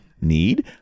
need